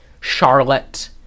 Charlotte